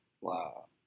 Wow